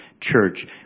Church